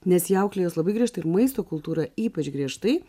nes jį auklėja juos labai griežtai ir maisto kultūra ypač griežtai